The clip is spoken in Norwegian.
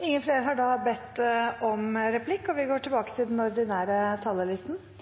Replikkordskiftet er omme. De talere som heretter får ordet, har en taletid på inntil 3 minutter. Norsk rikskringkasting er en samfunnskontrakt mellom Stortinget og